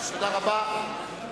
תודה רבה.